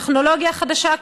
הטכנולוגיה החדשה,